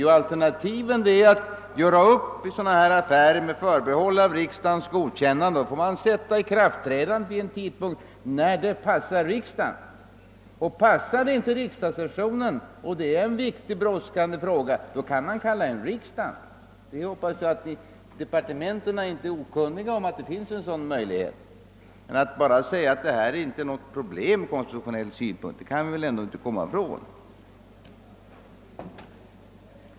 Jo alternativet är att sådana affärer görs upp med förbehåll för riksdagens godkännande och att ikraftträdandet av uppgörelsen sker efter riksdagens godkännande. Om det gäller en särskilt viktig och brådskande fråga, där det önskvärda ikraftträdandet inte passar riksdagssessionen, kan man överväga att sammankalla riksdagen. Jag hoppas att departementen inte är okunniga om att det finns dessa möjligheter. Man kan emellertid inte bestrida att detta är ett problem från konstitutionell synpunkt.